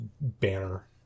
banner